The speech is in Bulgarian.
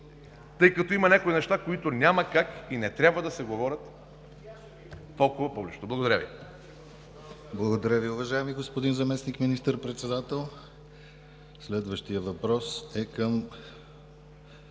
тъй като има някои неща, които няма как и не трябва да се говорят толкова публично. Благодаря Ви.